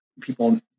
People